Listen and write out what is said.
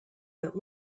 that